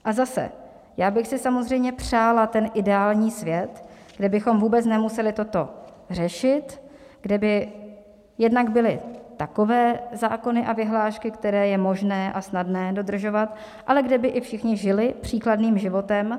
A zase, já bych si samozřejmě přála ten ideální svět, kde bychom vůbec nemuseli toto řešit, kde by jednak byly takové zákony a vyhlášky, které je možné a snadné dodržovat, ale kde by i všichni žili příkladným životem.